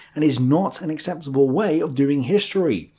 and is not an acceptable way of doing history.